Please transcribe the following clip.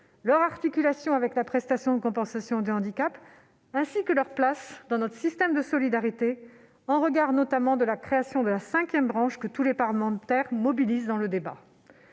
leur articulation avec la prestation de compensation du handicap, ainsi que leur place dans notre système de solidarité, au regard notamment de la création de la cinquième branche que tous les parlementaires mobilisent dans le débat.